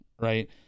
right